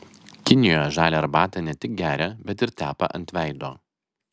kinijoje žalią arbatą ne tik geria bet ir tepa ant veido